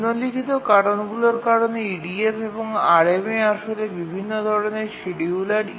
নিম্নলিখিত কারণগুলির কারণে EDF এবং RMA আসলে বিভিন্ন ধরণের শিডিয়ুলার